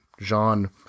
Jean